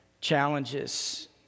challenges